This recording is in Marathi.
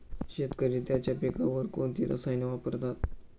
शेतकरी त्यांच्या पिकांवर कोणती रसायने वापरतात?